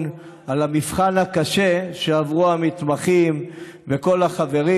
על המבחן הקשה שעברו המתמחים וכל החברים.